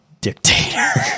dictator